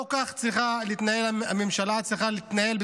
לא כך הממשלה צריכה להתנהל.